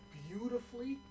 beautifully